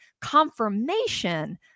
confirmation